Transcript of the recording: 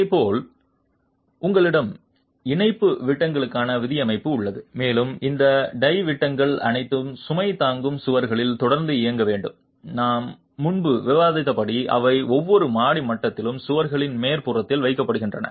இதேபோல் உங்களிடம் இணைப்பு விட்டங்களுக்கான விதியமைப்பு உள்ளது மேலும் இந்த டை விட்டங்கள் அனைத்து சுமை தாங்கும் சுவர்களிலும் தொடர்ந்து இயங்க வேண்டும் நாம் முன்பு விவாதித்தபடி அவை ஒவ்வொரு மாடி மட்டத்திலும் சுவர்களின் மேற்புறத்தில் வைக்கப்படுகின்றன